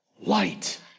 light